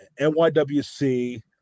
NYWC